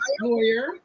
lawyer